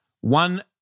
one